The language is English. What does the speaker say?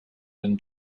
than